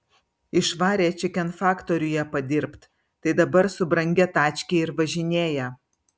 išvarė čikenfaktoriuje padirbt tai dabar su brangia tačke ir važinėja